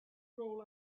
roll